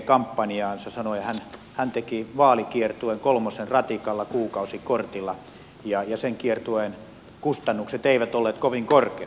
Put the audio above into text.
hän sanoi että hän teki vaalikiertueen kolmosen ratikalla kuukausikortilla ja sen kiertueen kustannukset eivät olleet kovin korkeat